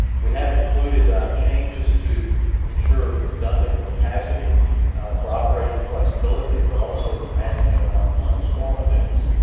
we have included changes to ensure redundant capacity for operating flexibility, but also to manage storm events,